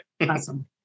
Awesome